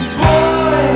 boy